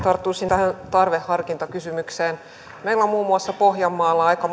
tarttuisin tähän tarveharkintakysymykseen meillä on muun muassa pohjanmaalla aika